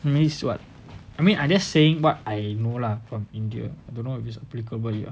means what I mean I'm just saying what I know lah from india I don't know if it's applicable here